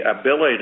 ability